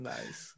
Nice